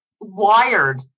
wired